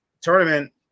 tournament